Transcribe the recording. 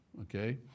okay